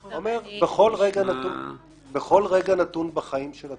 בדיוק, בכל רגע נתון בחיים של התיק,